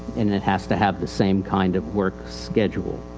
and it has to have the same kind of work schedule.